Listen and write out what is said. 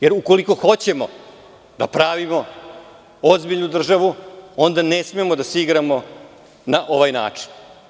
Jer ukoliko hoćemo da pravimo ozbiljnu državu, onda ne smemo da se igramo na ovaj način.